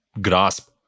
grasp